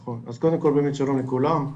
שלום, שלום לכולם.